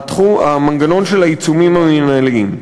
המנגנון של העיצומים המינהליים.